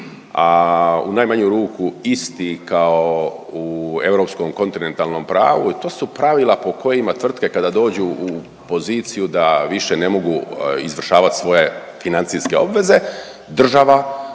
a u najmanju ruku isti kao u europskom kontinentalnim pravu i to su pravila po kojima tvrtke kada dođu u poziciju da više ne mogu izvršavati svoje financijske obveze, država